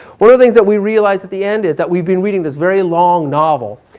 one of the things that we realize at the end is that we've been reading this very long novel,